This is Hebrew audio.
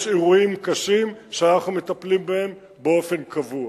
יש אירועים קשים שאנחנו מטפלים בהם באופן קבוע.